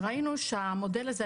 ראינו שהמודל הזה,